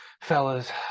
fellas